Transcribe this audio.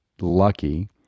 lucky